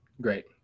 great